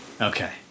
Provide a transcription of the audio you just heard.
Okay